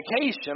vacation